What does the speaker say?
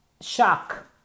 shock